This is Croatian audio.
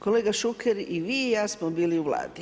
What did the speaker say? Kolega Šuker, i vi i ja smo bili u Vladi.